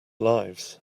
lives